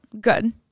good